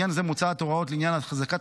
לעניין זה מוצעות הוראות לעניין החזקת